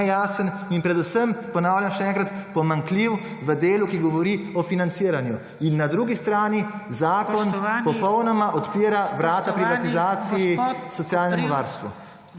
nejasen in predvsem ponavljam še enkrat, pomanjkljiv v delu, ki govori o financiranju in na drugi strani zakon popolnoma odpira vrata privatizaciji socialnemu varstvu.